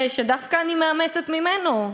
שדווקא אני מאמצת ממנו,